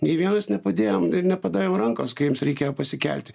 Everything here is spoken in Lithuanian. nė vienas nepadėjom nepadavėm rankos kai jiems reikėjo pasikelti